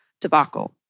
debacle